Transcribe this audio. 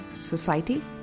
Society